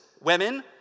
Women